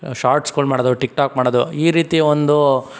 ಶಾರ್ಟ್ಸ್ಗಳು ಮಾಡೋದು ಟಿಕ್ಟಾಕ್ ಮಾಡೋದು ಈ ರೀತಿ ಒಂದು